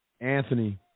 Anthony